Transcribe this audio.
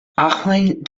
acmhainn